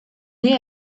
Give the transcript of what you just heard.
nés